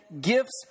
gifts